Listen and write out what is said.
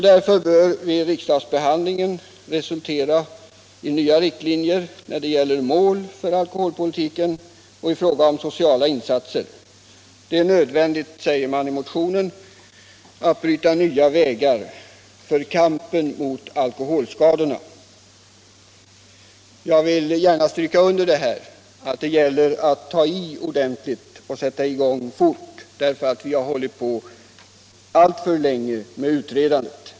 Därför bör riksdagsbehandlingen resultera i nya riktlinjer när det gäller mål för alkoholpolitiken och i fråga om sociala insatser. Det är nödvändigt att bryta nya vägar för kampen mot alkoholskadorna.” Jag vill gärna stryka under att det gäller att ta i ordentligt och sätta i gång fort. Vi har hållit på alltför länge med utredandet.